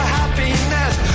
happiness